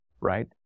right